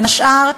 בין השאר,